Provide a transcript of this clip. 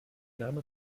name